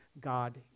God